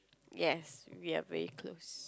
yes we are very close